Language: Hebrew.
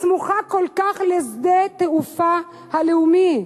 הסמוכה כל כך לנמל התעופה הלאומי,